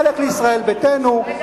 חלק לישראל ביתנו.